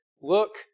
Look